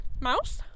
Mouse